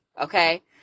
okay